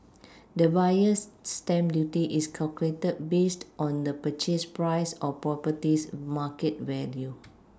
the Buyer's stamp duty is calculated based on the purchase price or property's market value